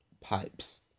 pipes